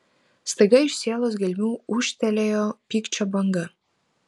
staiga iš sielos gelmių ūžtelėjo pykčio banga